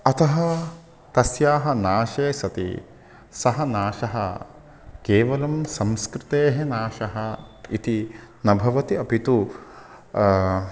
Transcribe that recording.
अतः तस्याः नाशे सति सः नाशः केवलं संस्कृतेः नाशः इति न भवति अपि तु